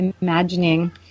imagining